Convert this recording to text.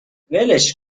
ولش